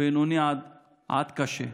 בינוניות עד קשות.